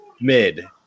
mid